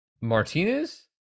Martinez